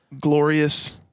glorious